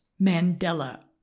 Mandela